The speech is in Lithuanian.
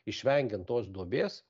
išvengiant tos duobės